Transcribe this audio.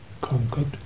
conquered